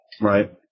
Right